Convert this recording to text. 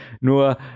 nur